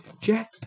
Jack